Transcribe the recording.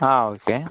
ஆ okay